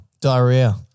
Diarrhea